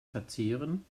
verzehren